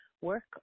work